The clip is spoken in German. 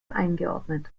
eingeordnet